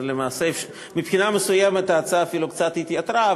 מבחינה מסוימת ההצעה אפילו קצת התייתרה,